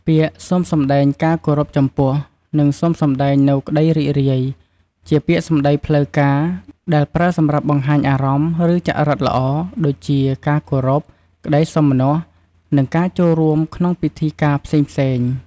ពាក្យ "សូមសម្តែងការគោរពចំពោះ" និង "សូមសម្តែងនូវក្តីរីករាយ" ជាពាក្យសម្តីផ្លូវការ ដែលប្រើសម្រាប់បង្ហាញអារម្មណ៍ ឬចរិតល្អ ដូចជា ការគោរព ក្តីសោមនស្ស និងការចូលរួមក្នុងពិធីការផ្សេងៗ